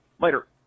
Later